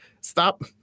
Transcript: Stop